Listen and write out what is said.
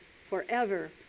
forever